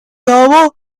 того